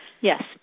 Yes